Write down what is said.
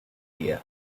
area